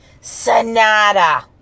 Sonata